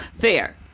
Fair